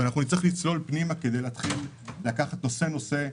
אנחנו נצטרך לצלול פנימה כדי להתחיל לקחת נושא-נושא,